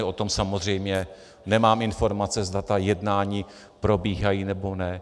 O tom samozřejmě nemám informace, zda ta jednání probíhají, nebo ne.